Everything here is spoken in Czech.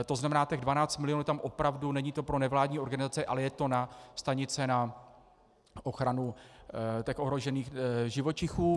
To znamená, těch 12 milionů tam opravdu není to pro nevládní organizace, ale je to na stanice na ochranu ohrožených živočichů.